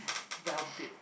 well bit